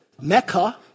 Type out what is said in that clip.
Mecca